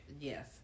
Yes